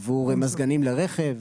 עבור המזגנים לרכב.